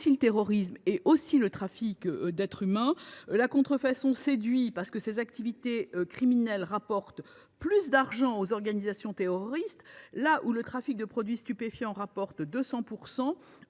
aussi le terrorisme et le trafic d’êtres humains. Elle séduit, parce que ces activités criminelles rapportent beaucoup d’argent aux organisations terroristes : là où le trafic de produits stupéfiants rapporte 200